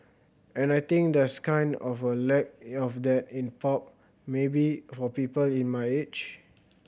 and I think there's kind of a lack of that in pop maybe for people in my age